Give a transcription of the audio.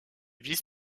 vice